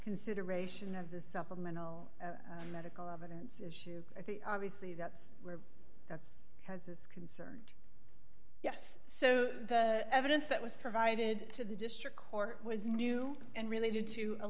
consideration of the supplemental medical evidence issue at the obviously that's where it has is concerned yes so the evidence that was provided to the district court was new and related to a